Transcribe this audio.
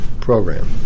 program